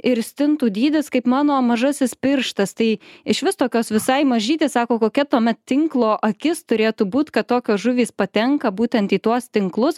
ir stintų dydis kaip mano mažasis pirštas tai išvis tokios visai mažytės sako kokia tuomet tinklo akis turėtų būt kad tokios žuvys patenka būtent į tuos tinklus